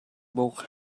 books